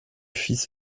fils